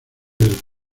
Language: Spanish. del